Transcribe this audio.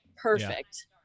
perfect